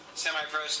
semi-pro